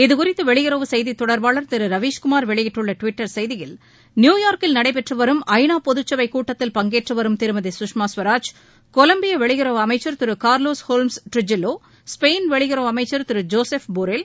இதுகுறித்து வெளியுறவு செய்தித் தொடர்பாளர் திரு ரவீஷ்குமார் வெளியிட்டுள்ள டிவிட்டர் செய்தியில் நியூயார்க்கில் நடைபெற்று வரும் ஐ நா பொதச்சபை கூட்டத்தில் பங்கேற்று வரும் திருமதி கஷ்மா ஸ்வராஜ் கொலம்பிய வெளியுறவு அமைச்சர் Thiru Carlos Holmes Trujillo Spain வெளியுறவு அமைச்சர் திரு ஜோசப் போரல்